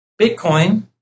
Bitcoin